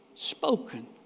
Spoken